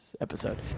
episode